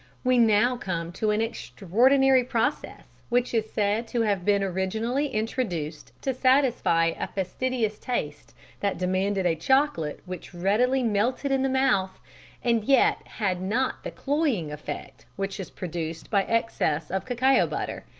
we now come to an extraordinary process which is said to have been originally introduced to satisfy a fastidious taste that demanded a chocolate which readily melted in the mouth and yet had not the cloying effect which is produced by excess of cacao butter.